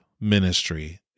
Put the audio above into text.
ministry